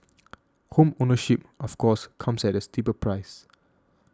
home ownership of course comes at a steeper price